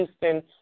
Houston